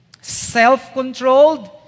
self-controlled